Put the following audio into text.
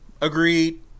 agreed